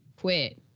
Quit